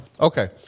Okay